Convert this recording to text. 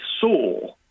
saw